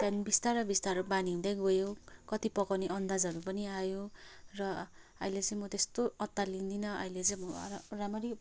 त्यहाँदेखि बिस्तारो बिस्तारो बानी हुँदै गयो कति पकाउने अन्दाजहरू पनि आयो र अहिले चाहिँ म त्यस्तो अत्तालिँदिनँ अहिले चाहिँ म राम्ररी